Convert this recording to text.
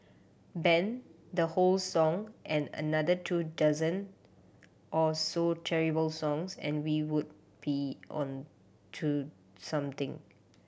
ban the whole song and another two dozen or so terrible songs and we would be on to something